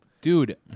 Dude